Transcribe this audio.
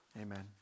amen